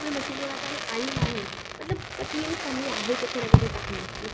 उहे मशीनूं अञा ताईं आहियूं न आहिनि मतिलबु कटनीअ में कमी आहे किथे न किथे तकनीक जी